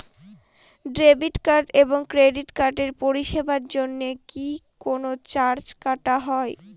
Debit card এবং credit কার্ডের পরিষেবার জন্য কি কোন চার্জ কাটা হয়?